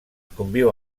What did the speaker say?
conviu